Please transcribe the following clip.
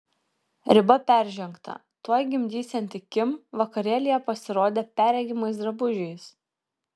riba peržengta tuoj gimdysianti kim vakarėlyje pasirodė perregimais drabužiais